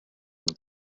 and